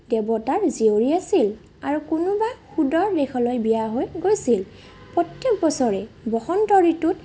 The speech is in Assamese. দেৱতাৰ জীয়ৰী আছিল আৰু কোনোবা সুদূৰ দেশলৈ বিয়া হৈ গৈছিল প্ৰত্যেক বছৰে বসন্ত ঋতুত